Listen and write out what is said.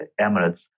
emirates